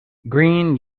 green